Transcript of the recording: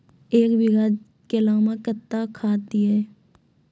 एक बीघा केला मैं कत्तेक खाद दिये?